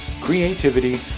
creativity